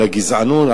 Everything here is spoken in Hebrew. על הגזענות,